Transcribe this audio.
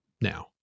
now